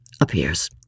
appears